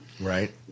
Right